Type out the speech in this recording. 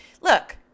look